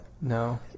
No